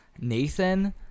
Nathan